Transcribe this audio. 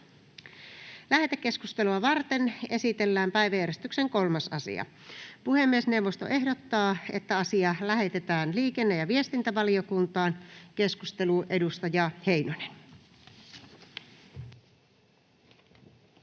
Lähetekeskustelua varten esitellään päiväjärjestyksen 3. asia. Puhemiesneuvosto ehdottaa, että asia lähetetään liikenne- ja viestintävaliokuntaan. Keskusteluun. — Edustaja Heinonen. Arvoisa